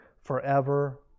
forever